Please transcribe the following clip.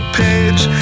page